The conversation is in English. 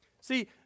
See